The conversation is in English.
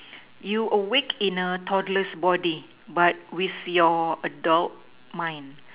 you awake in a toddler's body but with your adult mind